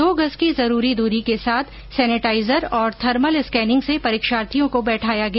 दो गज की जरूरी दूरी के साथ सेनेटाइजर और थर्मल स्कैनिंग से परीक्षार्थियों को बैठाया गया